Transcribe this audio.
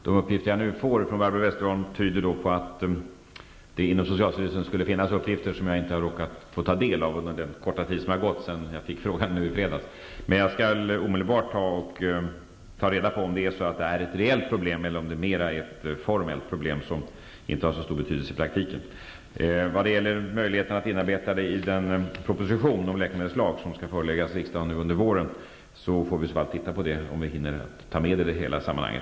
De uppgifter som jag nu får från Barbro Westerholm tyder på att det inom socialstyrelsen skulle finnas uppgifter som jag inte hunnit få ta del av på grund av den korta tid som gått sedan jag fick frågan i fredags. Men jag skall omedelbart ta reda på om det är ett reellt problem eller om det är ett formelt problem som inte har så stor betydelse i praktiken. Vad gäller möjligheterna att inarbeta detta i den proposition om läkemedelslag som skall föreläggas riksdagen under våren får vi se om vi hinner ta med det i sammanhanget.